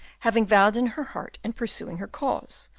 having vowed in her heart, in pursuing her cause,